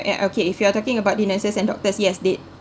yeah okay if you are talking about the nurses and doctors yes they